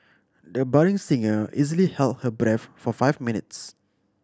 the budding singer easily held her breath for five minutes